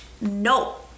no